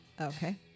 Okay